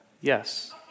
Yes